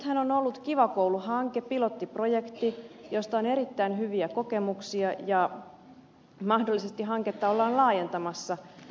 nythän on ollut kiva koulu hanke pilottiprojekti josta on erittäin hyviä kokemuksia ja mahdollisesti hanketta ollaan laajentamassa